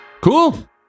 cool